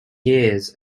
years